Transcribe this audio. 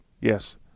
Yes